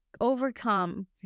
overcome